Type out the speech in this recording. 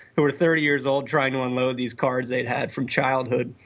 who were thirty years old trying to unload these cards they'd had from childhood.